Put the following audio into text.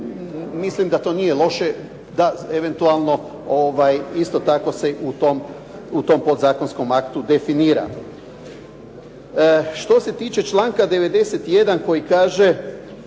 Mislim da to nije loše, da eventualno isto tako se u tom podzakonskom aktu definira. Što se tiče članka 91. koji kaže